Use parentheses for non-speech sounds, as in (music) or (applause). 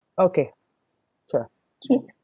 okay sure (laughs)